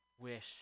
wish